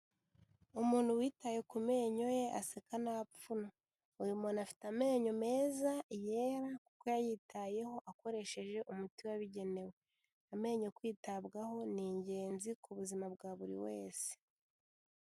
Umuntu witaye ku menyo ye aseka nta pfunwe. Uyu muntu afite amenyo meza yera kuko yayitayeho akoresheje umuti wabigenewe. Amenyo kwitabwaho ni ingenzi ku buzima bwa buri wese.